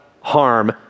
harm